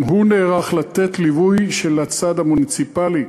הוא נערך לתת ליווי של הצד המוניציפלי,